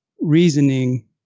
reasoning